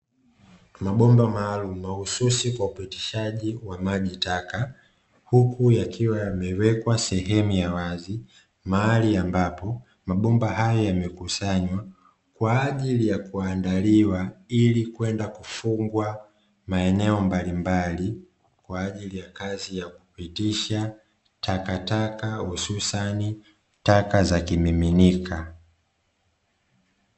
Mabomba maalumu mahususi kwa upitishaji wa maji taka huku yakiwa yamewekwa sehemu ya wazi, mahali ambapo mabomba haya yamekusanywa kwa ajili ya kuandaliwa ili kwenda kufungwa maeneo mbalimbali, kwa ajili ya kazi ya kupitisha takataka hususan taka za kimiminika.